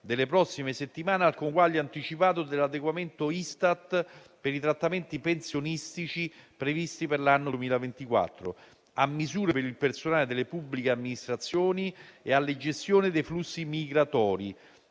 delle prossime settimane, al conguaglio anticipato dell'adeguamento Istat per i trattamenti pensionistici previsti per l'anno 2024, a misure per il personale delle pubbliche amministrazioni e alla gestione dei flussi migratori.